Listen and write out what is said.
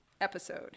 episode